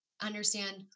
understand